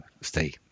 stay